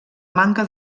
manca